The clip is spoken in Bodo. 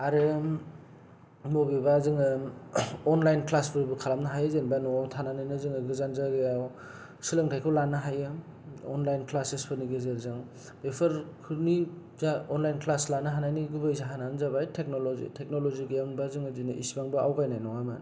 आरो बबेबा जोङो अनलाइन क्लासफोरबो खालामनो हायो जेनेबा न'वाव थानानैनो जोङो बबेबा गोजान जायगायाव सोलेंथाइखौ लानो हायो अनलाइन क्लासेसफोरनि गेजेरजों बेफोरनि अनलाइन क्लास लानो हानायनि जा गुबै जाहोनानो जाबाय टेकनल'जि टेकनल'जि गैयामोनबा जों एसेबांबो आवगायनाय नङामोन